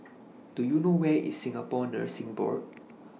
Do YOU know Where IS Singapore Nursing Board